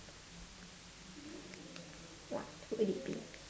what would it be